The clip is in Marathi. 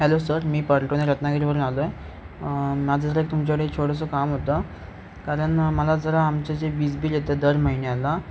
हॅलो सर मी पर्टवणे रत्नागिरीवरून आलो आहे माझं जरा एक तुमच्याकडे छोटंसं काम होतं कारण मला जरा आमचे जे वीज बिल येतं दर महिन्याला